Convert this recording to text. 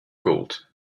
gold